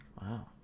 Wow